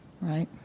right